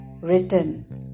written